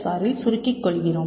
ஆரில் சுருக்கிக் கொள்கிறோம்